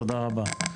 תודה רבה.